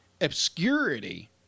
obscurity